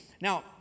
Now